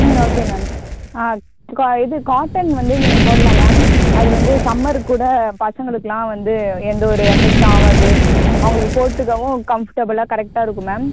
ம் okay ma'am இது cotton வந்து நீங்கள் போடலாம் மேம் அது வந்து சம்மருக்கு கூட பசங்களுக்கெல்லாம் வந்து எந்த ஒரு எஃபெக்ட்டும் ஆகாது அவங்களுக்கு போட்டுக்கவும் கம்ஃபர்ட்பிளா கரெக்டாக இருக்கும் மேம்